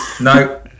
no